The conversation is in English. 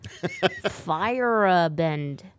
Firebend